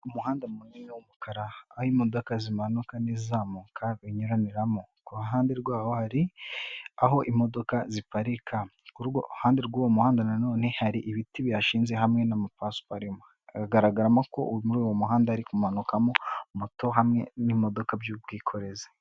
Umuhanda munini w'umukara aho imodoka zimanuka n'izamuka binyuraniramo, ku ruhande rwaho hari aho imodoka ziparika, kuri urwo ruhande rw'uwo muhanda nanone hari ibiti bihashinze hamwe n'amapasiparumu, hagaragaramo ko muri uwo muhanda hari kumanukamo mo moto hamwe n'imodoka by'ubwikorezi.